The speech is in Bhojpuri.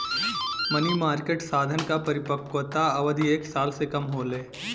मनी मार्केट साधन क परिपक्वता अवधि एक साल से कम होले